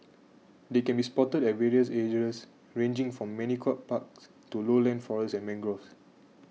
they can be spotted at various areas ranged from manicured parks to lowland forests and mangroves